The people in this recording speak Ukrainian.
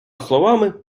словами